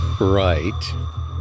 Right